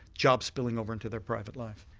jobs spilling over into their private life.